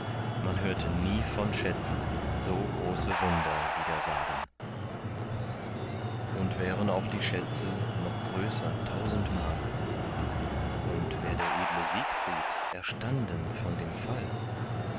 man hörte nie von schätzen so große wunder wieder sagen und wären auch die schätze noch größer tausendmal und wär der edle siegfried erstanden von dem fall